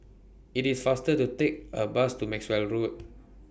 IT IS faster to Take A Bus to Maxwell Road